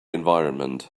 environment